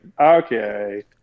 okay